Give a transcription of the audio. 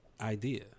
idea